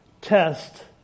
Test